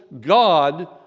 God